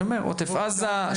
אני אומר עוטף עזה,